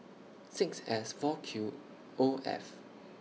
six S four Q O F